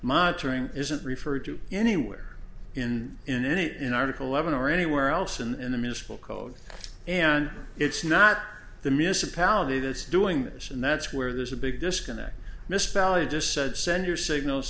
monitoring isn't referred to anywhere in in any in article levon or anywhere else in the municipal code and it's not the municipality that's doing this and that's where there's a big disconnect misspell you just said send your signals